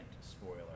spoiler